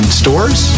stores